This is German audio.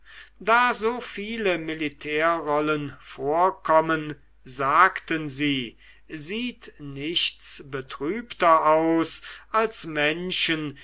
da so viele militärrollen vorkommen sagten sie sieht nichts betrübter aus als menschen